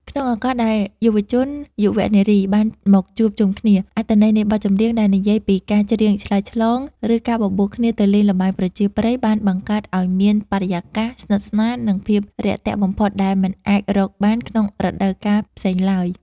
ក្នុងឱកាសដែលយុវជនយុវនារីបានមកជួបជុំគ្នា អត្ថន័យនៃបទចម្រៀងដែលនិយាយពីការច្រៀងឆ្លើយឆ្លង ឬការបបួលគ្នាទៅលេងល្បែងប្រជាប្រិយ បានបង្កើតឱ្យមានបរិយាកាសស្និទ្ធស្នាល និងភាពរាក់ទាក់បំផុតដែលមិនអាចរកបានក្នុងរដូវកាលផ្សេងឡើយ។